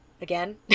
again